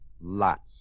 Lots